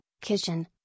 kitchen